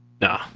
Nah